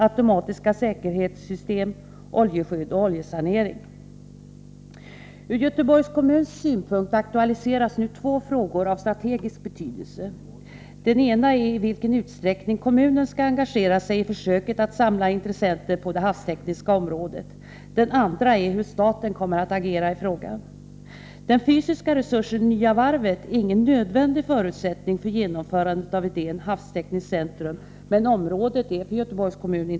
Ur Göteborgs kommuns synpunkt aktualiseras nu två frågor av strategisk betydelse. Den ena är i vilken utsträckning kommunen skall engagera sig i försöket att samla intressenter på det havstekniska området. Den andra är hur staten kommer att agera i frågan. Den fysiska resursen Nya varvet är ingen nödvändig förutsättning för genomförandet av idén om ett havstekniskt centrum, men området är intressant för Göteborgs kommun.